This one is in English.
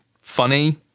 funny